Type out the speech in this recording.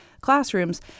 classrooms